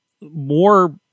more